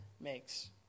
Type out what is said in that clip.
makes